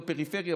בפריפריה,